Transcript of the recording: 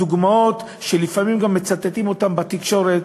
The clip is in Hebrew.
הדוגמאות שלפעמים גם מצטטים אותן בתקשורת,